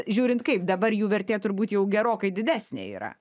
žiūrint kaip dabar jų vertė turbūt jau gerokai didesnė yra